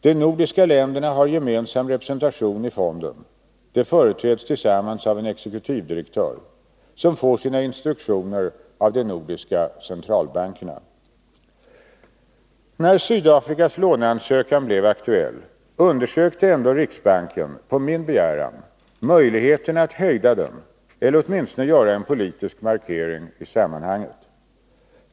De nordiska länderna har gemensam representation i fonden — de företräds tillsammans av en exekutivdirektör, som får sina instruktioner av de nordiska centralbankerna. När Sydafrikas låneansökan blev aktuell undersökte ändå riksbanken på min begäran möjligheterna att hejda den eller åtminstone göra en politisk markering i sammanhanget.